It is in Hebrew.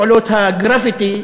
פעולות הגרפיטי",